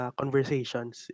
conversations